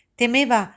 temeva